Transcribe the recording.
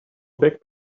back